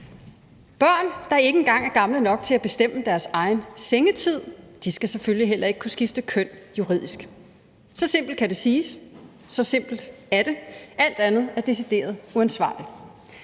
Børn, der ikke engang er gamle nok til at bestemme deres egen sengetid, skal selvfølgelig heller ikke kunne skifte køn juridisk. Så simpelt kan det siges, så simpelt er det, og alt andet er decideret uansvarligt.